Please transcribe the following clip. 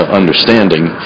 understanding